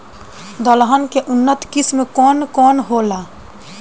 दलहन के उन्नत किस्म कौन कौनहोला?